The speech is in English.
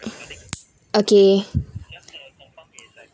okay